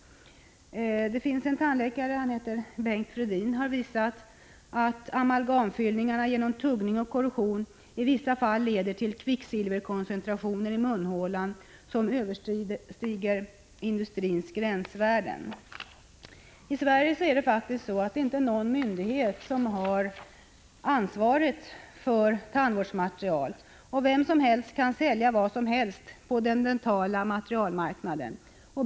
En tandläkare som heter Bengt Fredin har visat att amalgamfyllningarna genom tuggning och korrosion i vissa fall leder till kvicksilverhalter i munhålan som överstiger gränsvärdena för industrin. I Sverige är det faktiskt inte någon myndighet som har ansvaret för tandvårdsmaterial, och vem som helst kan sälja vad som helst på dentalmaterialmarknaden.